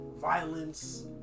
Violence